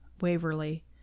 Waverly